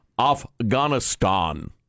Afghanistan